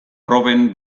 proben